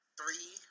three